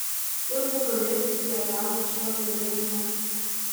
kur po galais ją gauti šiuo vėlyvu metu